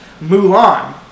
Mulan